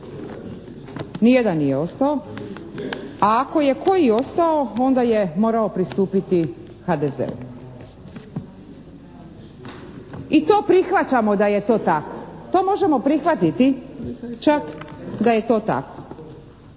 Nijedan nije ostao, a ako je koji ostao onda je morao pristupiti HDZ-u. I to prihvaćamo da je to tako. To možemo prihvatiti čak da je to tako.